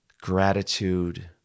gratitude